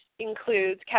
includes